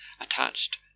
attached